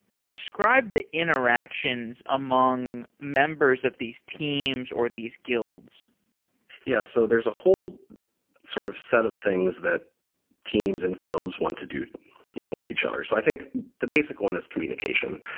describe the interactions among members of these teams or these guilds yeah. so there's a whole sort of set of things that teams and guilds want to do you know with each other. so i think the basic one is communication.